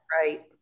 right